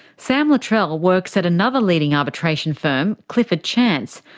sam luttrell works at another leading arbitration firm, clifford chance,